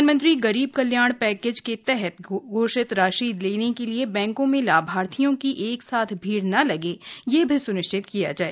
प्रधानमंत्री गरीब कल्याण पैकेज के तहत घोषित राशि लेने के लिए बैंको में लाभार्थियों की एक साथ भीड़ न लगे यह भी सुनिश्चित किया जाए